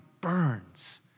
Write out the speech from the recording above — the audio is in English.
burns